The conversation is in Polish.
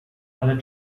ale